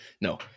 No